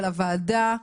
של הוועדה,